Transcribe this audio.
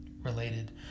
related